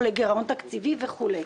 או לגרעון תקציבי וכו'.